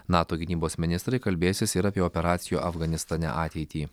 nato gynybos ministrai kalbėsis ir apie operacijų afganistane ateitį